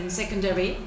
secondary